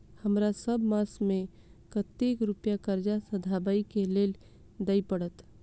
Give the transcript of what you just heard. हमरा सब मास मे कतेक रुपया कर्जा सधाबई केँ लेल दइ पड़त?